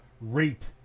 rate